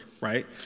right